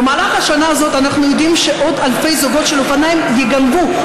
במהלך השנה הזאת אנחנו יודעים שעוד אלפי זוגות של אופניים ייגנבו,